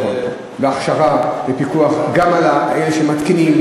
הכשרה ופיקוח גם על אלה שמתקינים.